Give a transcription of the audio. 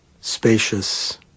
spacious